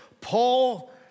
Paul